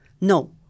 No